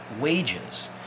wages